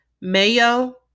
mayo